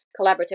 collaborative